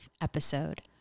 episode